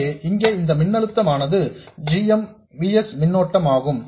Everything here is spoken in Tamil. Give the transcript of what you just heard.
எனவே இங்கே இந்த மின்னழுத்தம் ஆனது g m V s மின்னோட்டம் ஆகும்